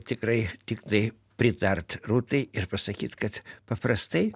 tikrai tiktai pritart rūtai ir pasakyt kad paprastai